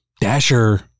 Dasher